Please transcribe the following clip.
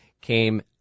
came